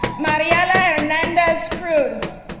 mariela hernandez cruz,